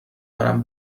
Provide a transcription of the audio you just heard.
کنم